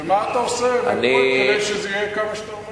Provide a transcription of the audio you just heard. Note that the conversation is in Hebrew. מה אתה עושה כדי שזה יהיה כמה שיותר מהר?